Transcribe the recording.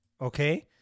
okay